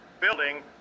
building